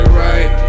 right